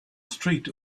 street